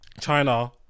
China